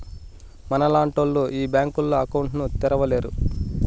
మనలాంటోళ్లు ఈ బ్యాంకులో అకౌంట్ ను తెరవలేరు